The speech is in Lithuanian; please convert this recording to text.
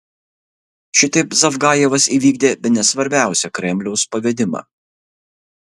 šitaip zavgajevas įvykdė bene svarbiausią kremliaus pavedimą